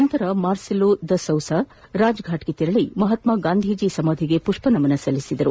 ನಂತರ ಮಾರ್ಸೆಲೋ ಡೆ ಸೌಸ ರಾಜ್ಫಾಟ್ಗೆ ತೆರಳಿ ಮಹಾತ್ಮಾಗಾಂಧಿಜೀ ಸಮಾಧಿಗೆ ಪುಷ್ಪನಮನ ಸಲ್ಲಿಸಿದರು